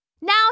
Now